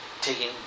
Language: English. taking